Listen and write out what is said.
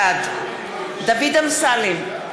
בעד דוד אמסלם,